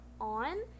On